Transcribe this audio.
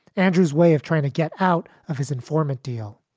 andrew's way of trying to get out of his informant deal.